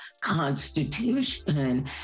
Constitution